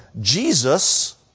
Jesus